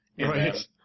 Right